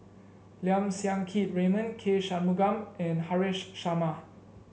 Lim Siang Keat Raymond K Shanmugam and Haresh Sharma